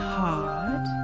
hard